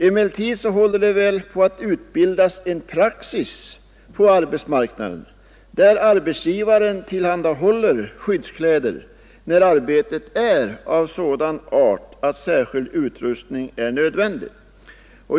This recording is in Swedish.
Emellertid håller det väl på att utbildas en praxis på arbetsmarknaden enligt vilken arbetsgivaren tillhandahåller skyddskläder när arbetet är av sådan art att särskild utrustning är nödvändig.